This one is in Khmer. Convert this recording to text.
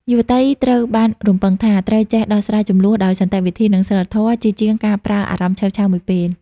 យុវតីត្រូវបានរំពឹងថា ត្រូវចេះ "ដោះស្រាយជម្លោះដោយសន្តិវិធី និងសីលធម៌" ជាជាងការប្រើអារម្មណ៍ឆេវឆាវមួយពេល។